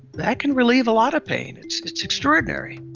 that can relieve a lot of pain, it's it's extraordinary.